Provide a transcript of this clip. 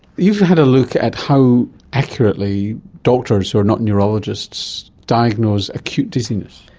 you've had a look at how accurately doctors who are not neurologists diagnose acute dizziness.